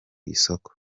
isoko